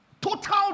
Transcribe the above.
total